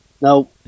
No